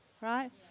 right